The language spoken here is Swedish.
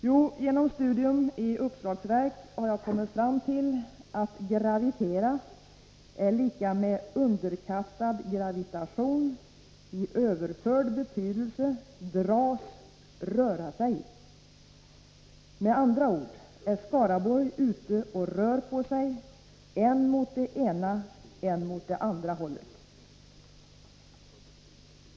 Jo, genom studium i uppslagsverk har jag kommit fram till att gravitera är lika med underkastad gravitation i överförd betydelse, dras, röra sig. Med andra ord är Skaraborg ute och rör på sig än mot det ena, än mot det andra hållet.